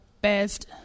best